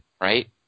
right